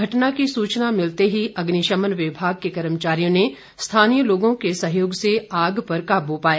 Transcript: घटना की सुचना मिलते ही अग्निशमन विभाग के कर्मचारियों ने स्थानीय लोगों के सहयोग से आग पर काबू पाया